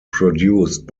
produced